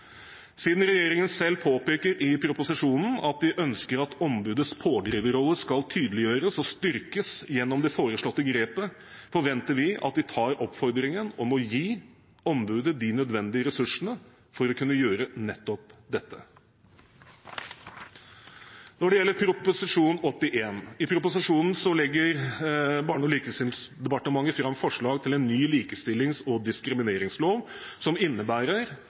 Siden regjeringen selv påpeker i proposisjonen at de ønsker at ombudets pådriverrolle skal tydeliggjøres og styrkes gjennom det foreslåtte grepet, forventer vi at de tar oppfordringen om å gi ombudet de nødvendige ressursene for å kunne gjøre nettopp dette. Når det gjelder Prop. 81 L for 2016–2017, legger Barne- og likestillingsdepartementet fram forslag til en ny likestillings- og diskrimineringslov som innebærer